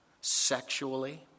sexually